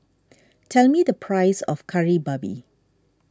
tell me the price of Kari Babi